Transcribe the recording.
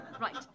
Right